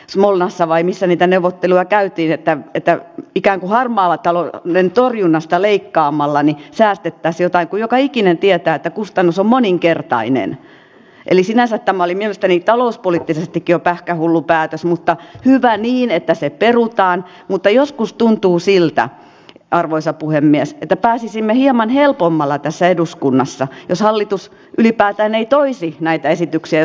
smolnassa vai missä niitä neuvotteluja käy tietää että pidän harmaala talon lentuan hinnasta leikkaamalla säästettäisiin kaiku joka ikinen tietää että kustannus on moninkertainen eli sinänsä tämä oli mielestäni talouspoliittisestikin pähkähullu päätös mutta hyvä niin että se perutaan mutta joskus tuntuu siltä arvoisa puhemies että pääsisimme hieman helpommalla tässä eduskunnassa jos hallitus ylipäätään ei toisi näitä esityksiään